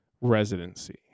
Residency